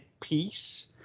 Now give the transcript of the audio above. piece